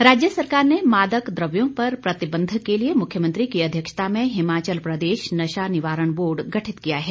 प्रतिबंध राज्य सरकार ने मादक द्रव्यों पर प्रतिबन्ध के लिए मुख्यमंत्री की अध्यक्षता में हिमाचल प्रदेश नशा निवारण बोर्ड गठित किया है